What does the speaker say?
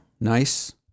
nice